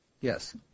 Yes